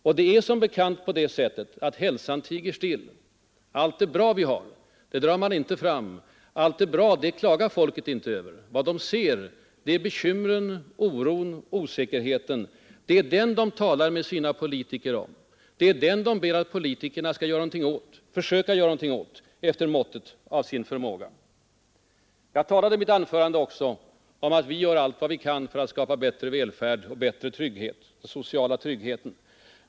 Och det är som bekant på det sättet att hälsan tiger still. Allt det vi har som är bra drar man inte fram, allt som är bra klagar folket inte över. Vad människorna ser är bekymren, oron, osäkerheten. Det är dem de talar med sina politiker om, det är dem de ber att politikerna skall försöka göra någonting åt efter måttet av förmåga. I mitt anförande talade jag också om att vi gör allt vi kan för att skapa bättre välfärd och större social trygghet.